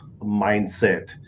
mindset